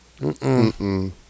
Mm-mm